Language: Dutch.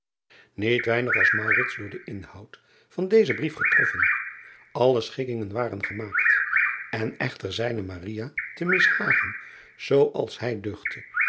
iet weinig was door den inhoud van dezen brief getroffen lle schikkingen waren gemaakt en echter zijne te mishagen zoo als hij duchtte